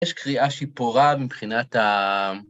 יש קריאה שהיא פורה מבחינת ה...